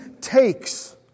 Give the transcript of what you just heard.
takes